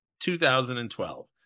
2012